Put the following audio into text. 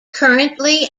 currently